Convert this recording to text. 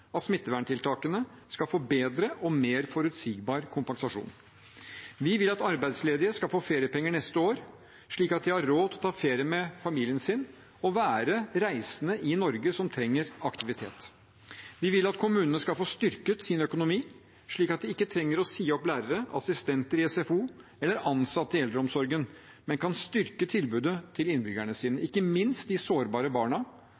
smitteverntiltakene, skal få bedre og mer forutsigbar kompensasjon. Vi vil at arbeidsledige skal få feriepenger neste år, slik at de har råd til å ta ferie med familien sin og være reisende i Norge, som trenger aktivitet. Vi vil at kommunene skal få styrket sin økonomi, slik at de ikke trenger å si opp lærere, assistenter i SFO eller ansatte i eldreomsorgen, men kan styrke tilbudet til innbyggerne sine, ikke minst de sårbare barna,